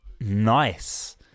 nice